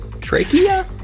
trachea